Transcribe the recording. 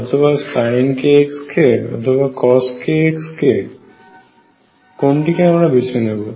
অথবা sin kx কে অথবা cos kx কে বেছে নিতে পারি